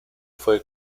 fue